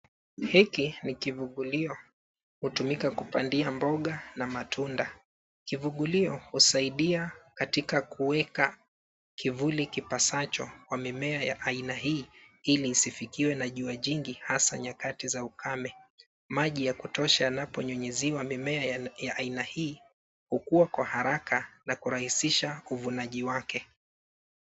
Hiki ni kivugulio. Htumika kupandia mboga na matunda. Kivugulio husaidia katika kuweka kivuli kipasacho kwa mimea ya aina hii ili isifikiwe na jua jingi hasa nyakati za ukame. Maji ya kutosha yanaponyunyiziwa mimea ya aina hii hukua kwa haraka na kurahisisha uvunaji wake.